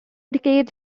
decades